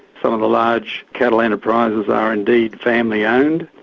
some of the large cattle enterprises are indeed family-owned.